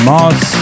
Moss